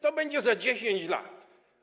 To będzie za 10 lat.